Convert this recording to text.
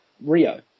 Rio